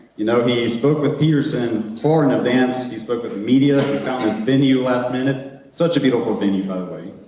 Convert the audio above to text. you know, he's spoke with peterson. foreign events, he's spoke with the media, he found his venue last minute, such a beautiful venue, by the way,